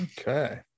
okay